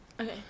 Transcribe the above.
Okay